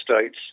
States